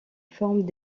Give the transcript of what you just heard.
forment